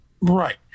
Right